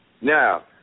Now